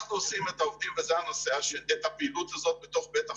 כשאנחנו עושים את הפעילות הזאת בתוך בית החולים,